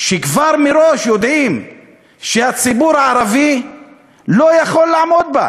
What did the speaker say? שמראש יודעים שהציבור הערבי לא יכול לעמוד בה,